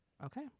okay